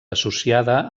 associada